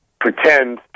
pretend